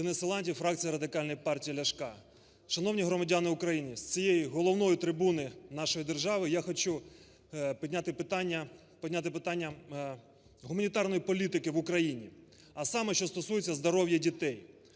Денис Силантьєв, фракція Радикальної партії Ляшка. Шановні громадяни України! З цієї головної трибуни нашої держави я хочу підняти питання гуманітарної політики в Україні, а саме що стосується здоров'я дітей.